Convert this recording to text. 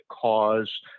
cause